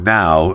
now